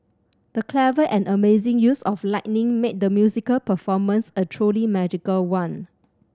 the clever and amazing use of lighting made the musical performance a truly magical one